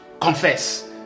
Confess